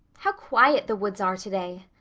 how quiet the woods are today.